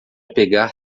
pegar